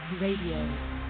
Radio